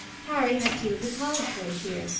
harry had two of the college boys here,